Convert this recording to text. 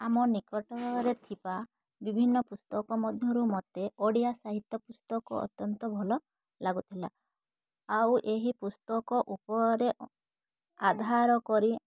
ଆମ ନିକଟରେ ଥିବା ବିଭିନ୍ନ ପୁସ୍ତକ ମଧ୍ୟରୁ ମତେ ଓଡ଼ିଆ ସାହିତ୍ୟ ପୁସ୍ତକ ଅତ୍ୟନ୍ତ ଭଲ ଲାଗୁଥିଲା ଆଉ ଏହି ପୁସ୍ତକ ଉପରେ ଅ ଆଧାର କରି